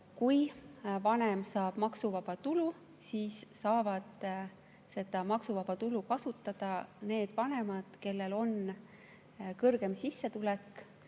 Kui vanem saab maksuvaba tulu, siis saavad seda maksuvaba tulu kasutada need vanemad, kellel on suurem sissetulek